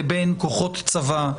לבין כוחות צבא,